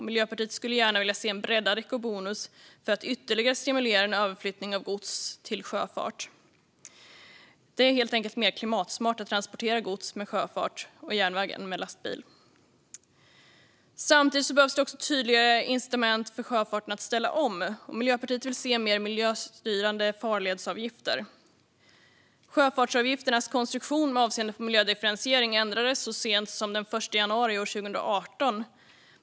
Miljöpartiet skulle gärna vilja se en breddad ekobonus för att ytterligare stimulera en överflyttning av gods till sjöfart. Det är helt enkelt mer klimatsmart att transportera gods med sjöfart och järnväg än med lastbil. Samtidigt behövs tydliga incitament för sjöfarten att ställa om. Miljöpartiet vill se mer miljöstyrande farledsavgifter. Sjöfartsavgifternas konstruktion avseende miljödifferentiering ändrades så sent som den 1 januari 2018.